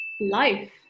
life